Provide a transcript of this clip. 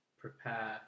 prepare